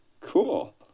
Cool